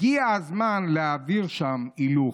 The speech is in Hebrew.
הגיע הזמן להעביר הילוך.